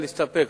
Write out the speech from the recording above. להסתפק.